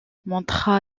montra